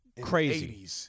Crazy